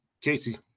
Casey